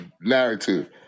narrative